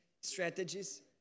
strategies